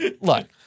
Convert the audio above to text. look